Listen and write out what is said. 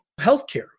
healthcare